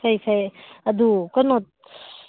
ꯐꯩ ꯐꯩ ꯑꯗꯨ ꯀꯩꯅꯣ